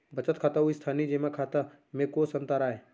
बचत खाता अऊ स्थानीय जेमा खाता में कोस अंतर आय?